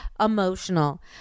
Emotional